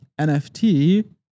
NFT